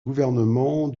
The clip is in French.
gouvernement